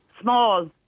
small